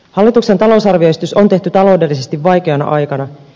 hallituksen talousarvioesitys on tehty taloudellisesti vaikeana aikana